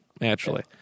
Naturally